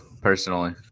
personally